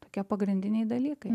tokie pagrindiniai dalykai